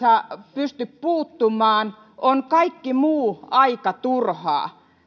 pysty puuttumaan on kaikki muu aika turhaa